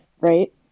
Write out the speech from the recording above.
right